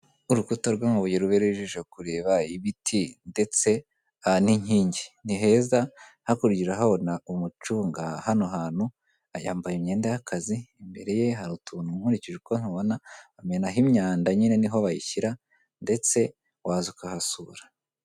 Urukuta rw'amabuye rubereye ijisho kureba, ibiti ndetse n'inkingi ni heza, hakurya urahabona umuntu ucunga hano hantu yambaye imyenda y'akazi, imbere ye hari utuntu nkurikije uko ntubona bamenaho imyanda, nyine ni ho bayishyira ndetse waza ukahasura.